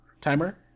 Timer